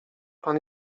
pan